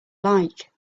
like